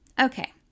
Okay